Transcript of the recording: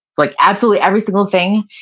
like absolutely every single thing,